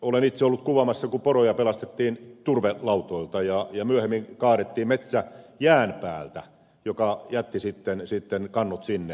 olen itse ollut kuvaamassa kun poroja pelastettiin turvelautoilta ja myöhemmin kaadettiin metsä jään päältä joka jätti sitten kannot sinne